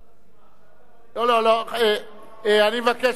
לא לא לא, אני מבקש ממך, באמת.